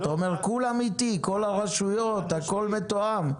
אתה אומר: כולם איתי, כול הרשויות, הכול מתואם.